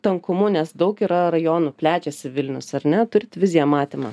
tankumu nes daug yra rajonų plečiasi vilnius ar ne turit viziją matymą